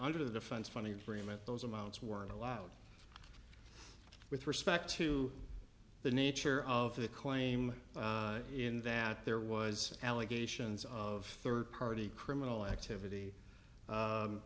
under the defense funding agreement those amounts weren't allowed with respect to the nature of the claim in that there was allegations of third party criminal activity